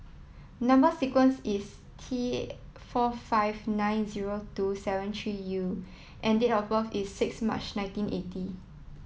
number sequence is T four five nine zero two seven three U and date of birth is six March nineteen eighty